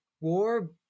war